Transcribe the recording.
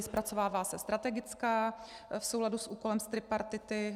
Zpracovává se strategická v souladu s úkolem z tripartity.